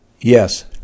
Yes